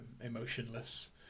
emotionless